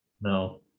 no